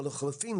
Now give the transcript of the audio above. או לחילופין,